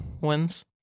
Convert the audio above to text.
wins